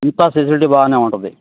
అంతా ఫెసిలిటీ బానే ఉంటది